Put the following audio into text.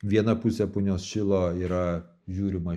viena pusė punios šilo yra žiūrima